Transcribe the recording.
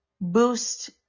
Boost